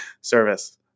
service